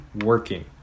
working